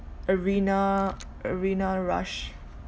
arena arena rush